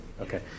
Okay